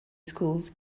schools